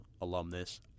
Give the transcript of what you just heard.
alumnus